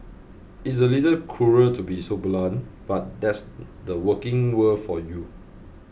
it's a little cruel to be so blunt but that's the working world for you